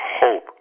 hope